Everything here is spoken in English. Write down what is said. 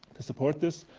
to support this.